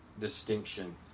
distinction